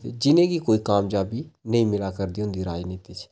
जि'नेंगी कोई कामजाबी नेईं मिलै करदी होंदी राजनीति च